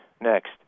Next